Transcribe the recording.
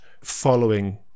following